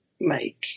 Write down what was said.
make